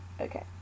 okay